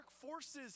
forces